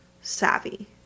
savvy